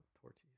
torches